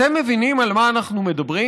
אתם מבינים על מה אנחנו מדברים?